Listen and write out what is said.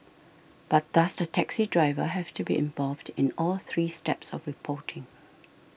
but does the taxi driver have to be involved in all three steps of reporting